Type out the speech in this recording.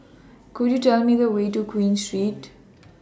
Could YOU Tell Me The Way to Queen Street